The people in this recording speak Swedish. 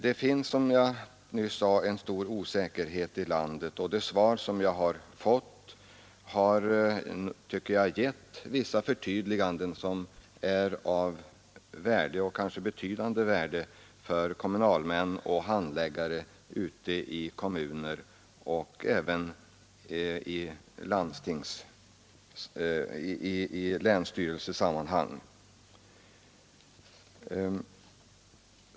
Det råder, som jag nyss sade, stor osäkerhet i landet. Svaret som jag fått har, tycker jag, givit vissa förtydliganden som är av värde — och kanske av betydande värde — för kommunalmän och handläggare ute i kommuner och länsstyrelser.